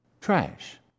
trash